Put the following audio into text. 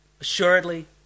Assuredly